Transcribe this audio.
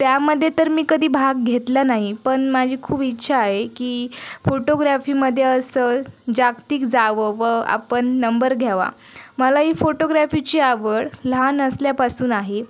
त्यामध्ये तर मी कधी भाग घेतला नाही पण माझी खूप इच्छा आहे की फोटोग्राफीमध्ये असं जागतिक जावं व आपण नंबर घ्यावा मला ही फोटोग्रॅफीची आवड लहान असल्यापासून आहे